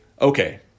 okay